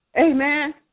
Amen